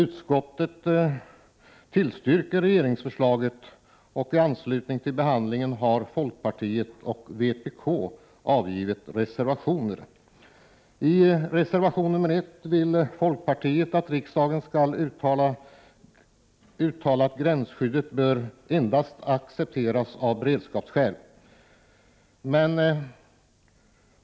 Utskottet tillstyrker regeringsförslaget, och folkpartiet och vpk har avgett reservationer. I reservation nr 1 vill folkpartiet att riksdagen skall uttala att gränsskyddet endast bör accepteras av beredskapsskäl.